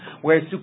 whereas